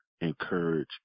encourage